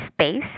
space